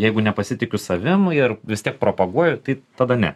jeigu nepasitikiu savim ir vis tiek propaguoju tai tada ne